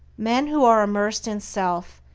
men who are immersed in self,